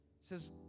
says